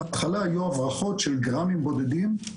בהתחלה היו הברחות של גרמים בודדים,